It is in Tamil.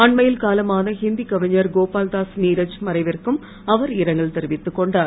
அண்மையில் காலமான ஹிந்தி கவிஞர் கோபல்தாஸ் நீரஜ் மறைவிற்கும் அவர் இரங்கல் தெரிவித்துக் கொண்டார்